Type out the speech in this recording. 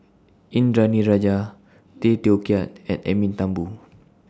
Indranee Rajah Tay Teow Kiat and Edwin Thumboo